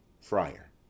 Friar